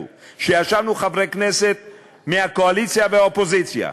כשישבנו חברי כנסת מהקואליציה והאופוזיציה,